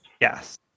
Yes